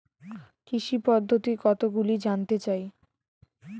কৃষি পদ্ধতি কতগুলি জানতে চাই?